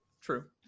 True